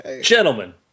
Gentlemen